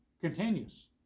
continuous